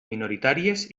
minoritàries